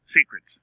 secrets